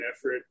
effort